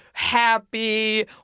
happy